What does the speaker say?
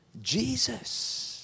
Jesus